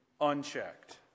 unchecked